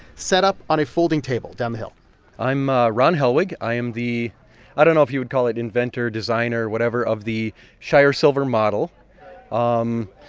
set up on a folding table down the hill i'm ah ron helwig. i am the i don't know if you would call it inventor, designer, whatever of the shire silver model um